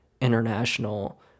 international